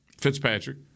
Fitzpatrick